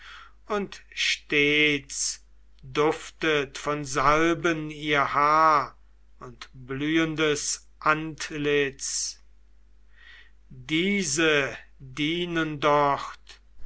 und stets duftet von salben ihr haar und blühendes antlitz diese dienen